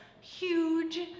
huge